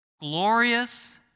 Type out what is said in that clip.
glorious